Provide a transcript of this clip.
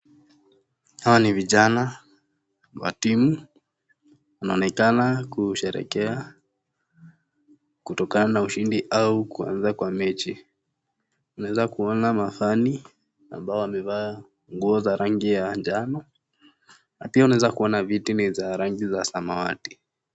Hao ni vijana wa timu, wanaonekana kusherehekea kutokana na ushindi au kuweza kwa mechi. Unaeza kuona mafani ambao wamevaa nguo za rangi ya njano na pia unaeza kuona viti ni za rangi za samawati.